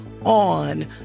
on